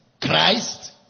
Christ